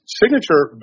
signature